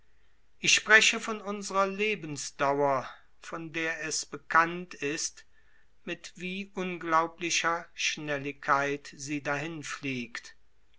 ich spreche von unserer lebensdauer von der es bekannt ist mit wie unglaublicher schnelligkeit sie dahinfliegt